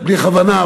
בלי כוונה,